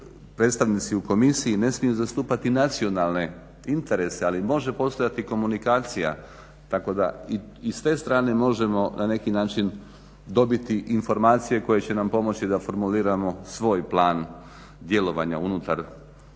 Predstavnici u komisiji ne smiju zastupati nacionalne interese ali može postojati komunikacija tako da i s te strane možemo na neki način dobiti informacije koje će nam pomoći da formuliramo svoj plan djelovanja unutar europskih